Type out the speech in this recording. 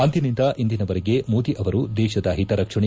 ಅಂದಿನಿಂದ ಇಂದಿನವರೆಗೆ ಮೋದಿ ಅವರು ದೇಶದ ಹಿತರಕ್ಷಣೆ